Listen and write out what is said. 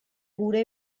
gure